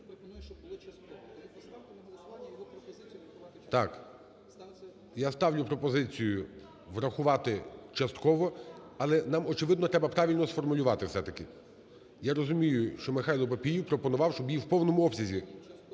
Так. Я ставлю пропозицію врахувати частково. Але нам очевидно треба правильно сформулювати все-таки. Я розумію, що Михайло Папієв пропонував, щоб її в повному обсязі.